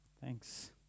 Thanks